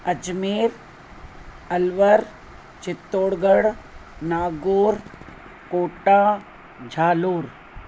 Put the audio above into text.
Ajmer Alwar Chittorgarh Nagaur Kota Jalore